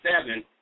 seven